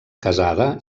casada